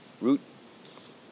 Roots